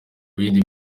bindi